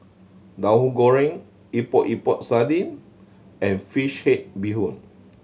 Tahu Goreng Epok Epok Sardin and fish head bee hoon